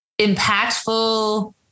impactful